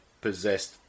possessed